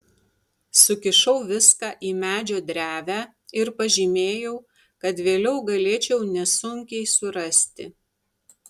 sukišau viską į medžio drevę ir pažymėjau kad vėliau galėčiau nesunkiai surasti